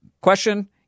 Question